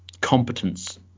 competence